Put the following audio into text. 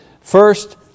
First